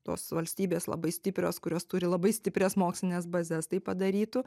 tos valstybės labai stiprios kurios turi labai stiprias mokslines bazes tai padarytų